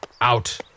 out